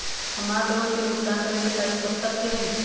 हमार लोन भुगतान करे के तारीख कब तक के हई?